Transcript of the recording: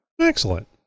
Excellent